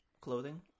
Clothing